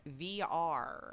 VR